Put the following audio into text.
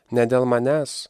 ne dėl manęs